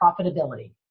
profitability